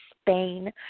Spain